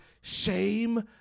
shame